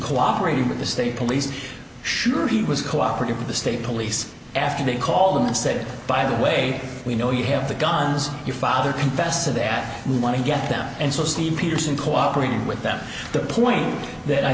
cooperating with the state police sure he was cooperative with the state police after they call them and said by the way we know you have the guns your father confessor that we want to get them and so see peterson cooperating with them the point that i